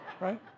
right